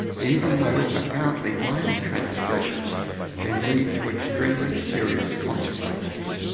even though apparently minor transgressions can lead to extremely serious consequences.